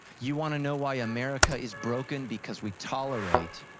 you wanna know why america is broken because we tolerate,